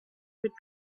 would